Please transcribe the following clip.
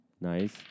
Nice